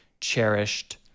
cherished